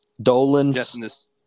Dolan's